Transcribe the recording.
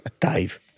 Dave